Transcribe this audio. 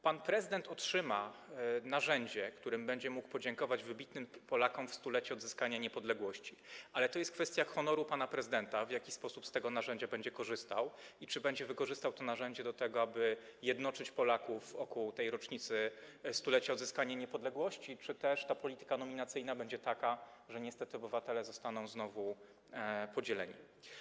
Pan prezydent otrzyma narzędzie, którym będzie mógł podziękować wybitnym Polakom w 100-lecie odzyskania niepodległości, ale to jest kwestia honoru pana prezydenta, w jaki sposób z tego narzędzia będzie korzystał i czy będzie wykorzystywał to narzędzie do tego, aby jednoczyć Polaków wokół rocznicy 100-lecia odzyskania niepodległości, czy też ta polityka nominacyjna będzie taka, że niestety obywatele zostaną znowu podzieleni.